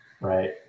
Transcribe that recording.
Right